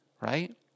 right